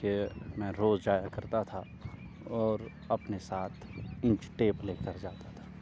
کہ میں روز جایا کرتا تھا اور اپنے ساتھ انچی ٹیپ لے کر جاتا تھا